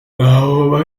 ngabo